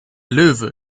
löwe